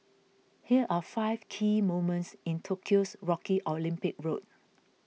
here are five key moments in Tokyo's rocky Olympic road